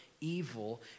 evil